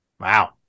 Wow